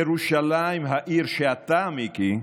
ירושלים, העיר שאתה, מיקי,